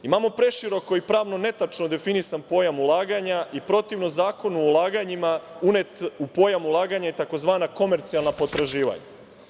Imamo preširoko i pravno netačno definisan pojam ulaganja i protivno Zakonu o ulaganjima unet u pojam ulaganje tzv. komercijalna potraživanja.